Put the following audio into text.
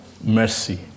mercy